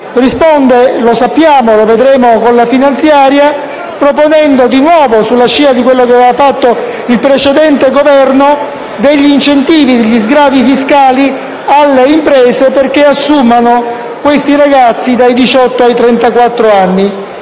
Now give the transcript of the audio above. Risponde - lo sappiamo e lo vedremo con la finanziaria - proponendo di nuovo, sulla scia di quanto aveva fatto il precedente Esecutivo, degli incentivi e degli sgravi fiscali alle imprese perché assumano i ragazzi tra i